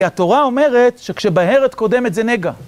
כי התורה אומרת שכשבהרת קודמת זה נגע.